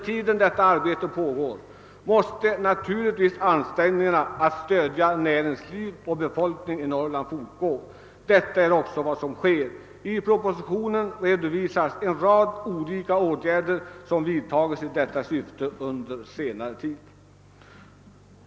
Medan detta arbete pågår måste naturligtvis ansträngningarna att stödja näringsliv och befolkning i Norrland fortgå. Detta är också vad som sker. I propositionen redovisas en rad olika åtgärder som under senare tid vidtagits i detta syfte.